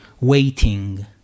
waiting